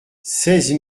seize